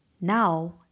Now